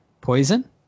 poison